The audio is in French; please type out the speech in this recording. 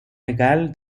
égale